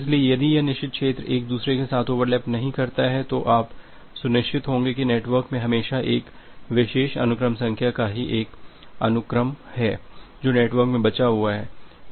इसलिए यदि यह निषिद्ध क्षेत्र एक दूसरे के साथ ओवरलैप नहीं करता है तो आप सुनिश्चित होंगे कि नेटवर्क में हमेशा एक विशेष अनुक्रम संख्या का एक ही अनुक्रम है जो नेट्वर्क में बचा हुआ है